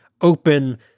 open